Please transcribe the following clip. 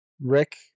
Rick